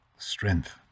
strength